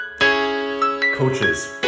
Coaches